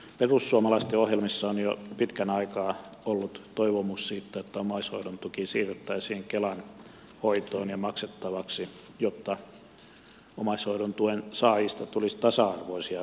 perussuomalaisten ohjelmissa on jo pitkän aikaa ollut toivomus siitä että omaishoidon tuki siirrettäisiin kelan hoitoon ja maksettavaksi jotta omaishoidon tuen saajista tulisi tasa arvoisia koko maassa